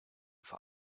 vor